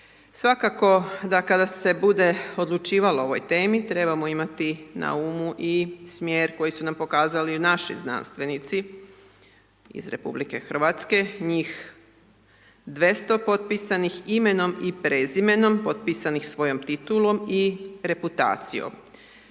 Svakako da kada se bude odlučivalo o ovoj temi, trebamo imati na umu i smjer koji su nam pokazali i naši znanstvenici iz RH, njih 200 potpisanih imenom i prezimenom, potpisanih svojom titulom i reputacijom.